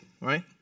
right